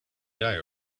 guy